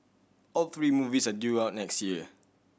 all three movies are due out next year